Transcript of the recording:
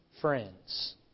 friends